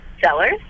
sellers